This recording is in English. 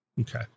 Okay